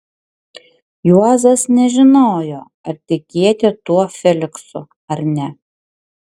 juozas nežinojo ar tikėti tuo feliksu ar ne